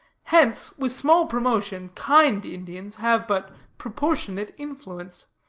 hence, with small promotion, kind indians have but proportionate influence.